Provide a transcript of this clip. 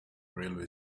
railway